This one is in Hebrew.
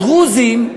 הדרוזים,